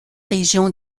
région